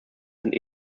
sind